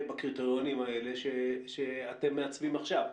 בקריטריונים האלה שאתם מעצבים עכשיו?